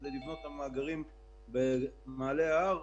כדי לבנות את המאגרים במעלה ההר.